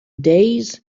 days